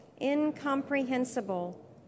incomprehensible